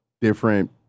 different